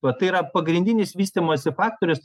va tai yra pagrindinis vystymosi faktorius